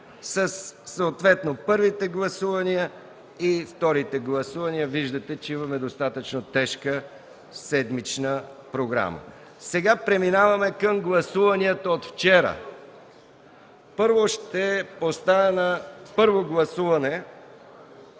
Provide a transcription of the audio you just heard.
съответно с първите и вторите гласувания – виждате, че имаме достатъчно тежка седмична програма. Сега преминаваме към гласуванията от вчера. Първо ще поставя на първо гласуване